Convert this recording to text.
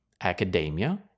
academia